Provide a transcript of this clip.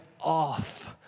off